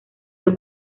del